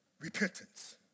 repentance